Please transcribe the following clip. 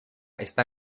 está